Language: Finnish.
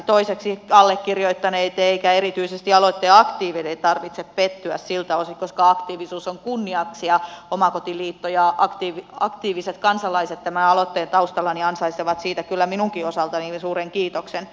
toiseksi ei allekirjoittaneiden eikä erityisesti aloitteen aktiivien tarvitse pettyä siltä osin koska aktiivisuus on kunniaksi ja omakotiliitto ja aktiiviset kansalaiset tämän aloitteen taustalla ansaitsevat siitä kyllä minunkin osaltani suuren kiitoksen